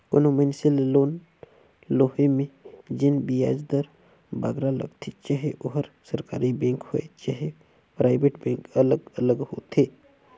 कोनो मइनसे ल लोन लोहे में जेन बियाज दर बगरा लगथे चहे ओहर सरकारी बेंक होए चहे पराइबेट बेंक अलग अलग होथे